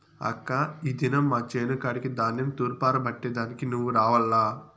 అక్కా ఈ దినం మా చేను కాడికి ధాన్యం తూర్పారబట్టే దానికి నువ్వు రావాల్ల